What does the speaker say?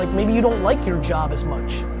like maybe you don't like your job as much.